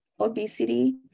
obesity